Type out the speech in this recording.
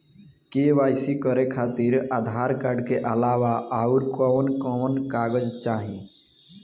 KYC करे खातिर Aadhaar card के अलावा आउरकवन कवन कागज चाहीं?